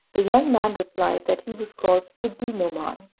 the young man replied that he was called sidi-nouman.